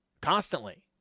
constantly